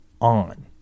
on